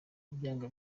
byanga